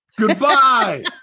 Goodbye